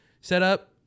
setup